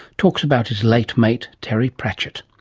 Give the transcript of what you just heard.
talks about his late mate terry pratchett.